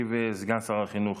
ישיב סגן שר החינוך